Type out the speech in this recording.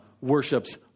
worships